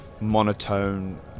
monotone